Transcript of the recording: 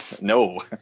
No